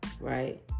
right